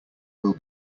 will